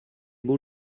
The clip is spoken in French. beau